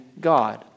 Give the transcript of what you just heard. God